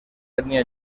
etnia